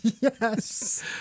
Yes